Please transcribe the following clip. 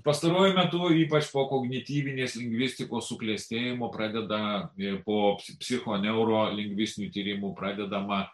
pastaruoju metu ypač po kognityvinės lingvistikos suklestėjimo pradeda po psicho niaurolingvistinių tyrimų pradedama